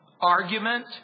Argument